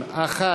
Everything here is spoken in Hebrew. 1